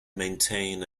maintain